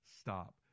Stop